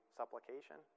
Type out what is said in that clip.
supplication